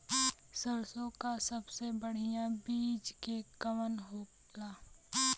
सरसों क सबसे बढ़िया बिज के कवन होला?